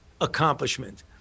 accomplishment